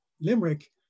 Limerick